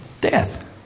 Death